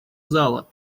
зала